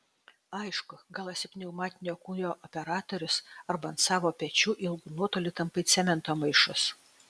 aišku gal esi pneumatinio kūjo operatorius arba ant savo pečių ilgu nuotoliu tampai cemento maišus